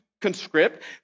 conscript